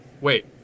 Wait